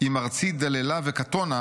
'אם ארצי דללה וקטונה,